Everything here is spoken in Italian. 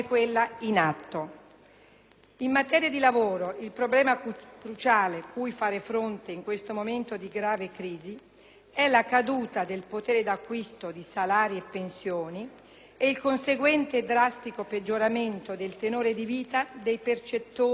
In materia di lavoro, il problema cruciale cui far fronte in questo momento di grave crisi è la caduta del potere d'acquisto di salari e pensioni ed il conseguente drastico peggioramento del tenore di vita dei percettori di tali redditi,